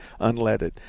unleaded